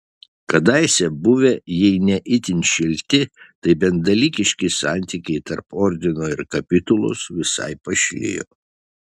kadaise buvę jei ne itin šilti tai bent dalykiški santykiai tarp ordino ir kapitulos visai pašlijo